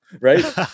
Right